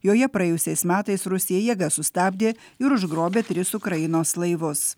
joje praėjusiais metais rusija jėga sustabdė ir užgrobė tris ukrainos laivus